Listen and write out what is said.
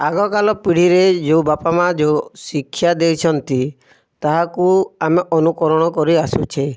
ଆଗକାଲ ପିଢ଼ିରେ ଯେଉଁ ବାପା ମାଆ ଯେଉଁ ଶିକ୍ଷା ଦେଇଛନ୍ତି ତାହାକୁ ଆମେ ଅନୁକରଣ କରି ଆସୁଛେ